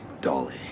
dolly